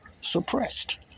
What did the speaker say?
suppressed